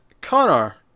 Connor